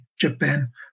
Japan